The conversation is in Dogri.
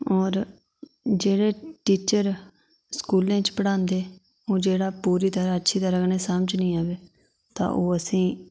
और जेह्ड़े टीचर स्कूलें च पढ़ांदे ओह् जेह्ड़ा पूरी तरह् कन्नै अच्छी तरह् कन्नै समझ निं अवै तां ओह् असेंई